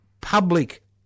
public